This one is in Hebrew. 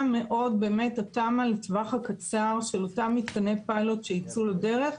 מאוד התמ"א לטווח הקצר של אותם מתקני פיילוט שיצאו לדרך.